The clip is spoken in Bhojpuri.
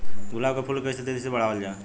गुलाब क फूल के कइसे तेजी से बढ़ावल जा?